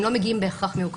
הם לא מגיעים בהכרח מאוקראינה,